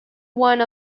one